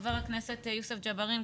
חבר הכנסת יוסף ג'בארין,